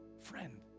Friend